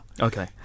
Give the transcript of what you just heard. Okay